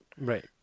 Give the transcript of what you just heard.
right